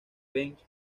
benz